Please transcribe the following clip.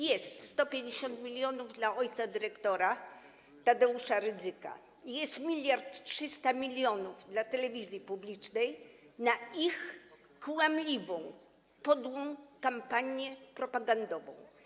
Jest 150 mln dla ojca dyrektora Tadeusza Rydzyka i jest 1300 mln dla telewizji publicznej na ich kłamliwą, podłą kampanię propagandową.